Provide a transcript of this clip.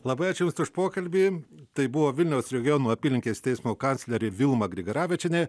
labai ačiū jums už pokalbį tai buvo vilniaus regiono apylinkės teismo kanclerė vilma grigaravičienė